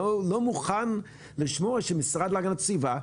לא מוכן לשמוע שהמשרד להגנת הסביבה,